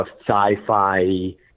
sci-fi